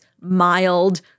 mild